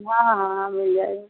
हाँ हाँ हाँ हाँ मिल जाएगा